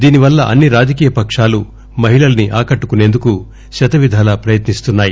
దీనివల్ల అన్ని రాజకీయ పకాలు మహిళల్ని ఆకట్టుకునేందుకు శత విధాలా ప్రయత్నిస్తున్నాయి